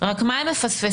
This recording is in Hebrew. רק מה הם מפספסים?